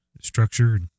structure